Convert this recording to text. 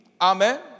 Amen